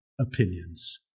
opinions